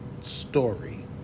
story